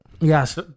Yes